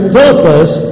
purpose